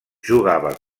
jugava